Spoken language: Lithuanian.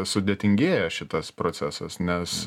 sudėtingėja šitas procesas nes